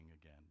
again